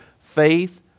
faith